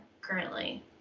currently